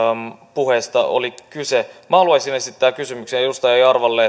puheesta oli kyse minä haluaisin esittää kysymyksen edustaja jarvalle